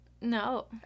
No